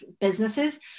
businesses